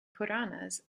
puranas